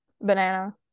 banana